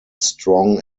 strong